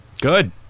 good